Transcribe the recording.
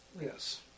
Yes